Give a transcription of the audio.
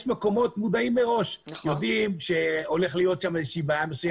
יש מקומות מודעים מראש ויודעים שהולכת להיות שם בעיה מסוימת.